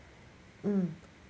mm